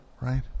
Right